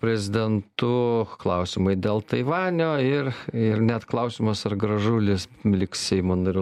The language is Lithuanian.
prezidentu klausimai dėl taivanio ir ir net klausimas ar gražulis liks seimo nariu